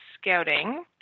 scouting